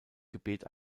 gebet